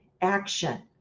action